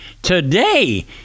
today